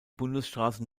bundesstraße